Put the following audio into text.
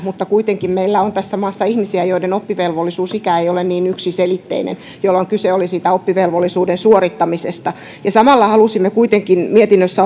mutta kuitenkin meillä on tässä maassa ihmisiä joiden oppivelvollisuusikä ei ole niin yksiselitteinen jolloin kyse on siitä oppivelvollisuuden päättymisestä samalla halusimme kuitenkin mietinnössä